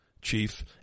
chief